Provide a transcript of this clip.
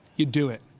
you do it.